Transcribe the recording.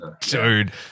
Dude